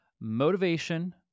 Motivation